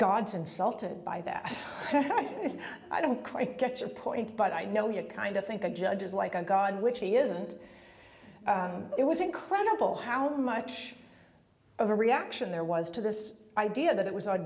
god's insulted by that i don't quite get your point but i know you kind of think a judge is like a god which he isn't it was incredible how much of a reaction there was to this idea that it was